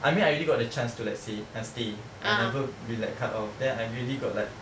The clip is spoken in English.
I mean I already got the chance to like say um stay I never be like cut off then I really got like